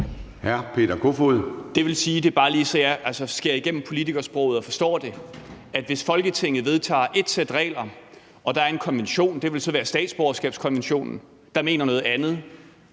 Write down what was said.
det sige, at hvis Folketinget vedtager et sæt regler og der er en konvention – det vil så være